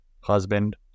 husband